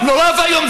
נורא ואיום.